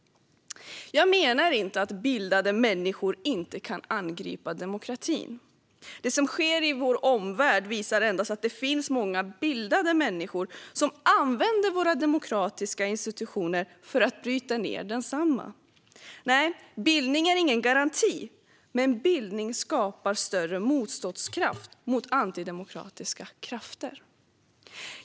Jag menar inte att bildade människor inte kan angripa demokratin. Det som sker i vår omvärld visar att det finns många bildade människor som använder våra demokratiska institutioner för att bryta ned densamma. Nej - bildningen är ingen garanti, men bildning skapar större motståndskraft mot antidemokratiska krafter.